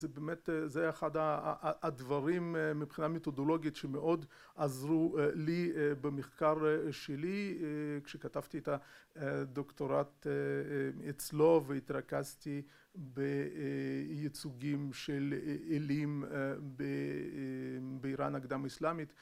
זה באמת זה אחד הדברים מבחינה מיתודולוגית שמאוד עזרו לי במחקר שלי כשכתבתי את הדוקטורט אצלו והתרכזתי בייצוגים של אלים באיראן הקדם אסלאמית